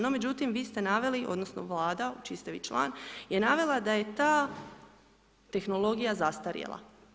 No međutim, vi ste naveli odnosno Vlada čiji ste vi član, je navela da je ta tehnologija zastarjela.